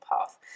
path